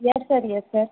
یس sir yes سر